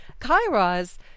Kairos